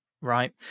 right